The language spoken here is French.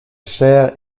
chaire